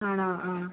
ആണോ ആ